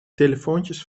telefoontjes